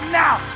now